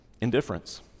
Indifference